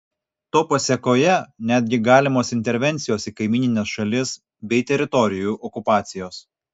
to pasėkoje netgi galimos intervencijos į kaimynines šalis bei teritorijų okupacijos